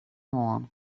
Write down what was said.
hân